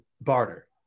barter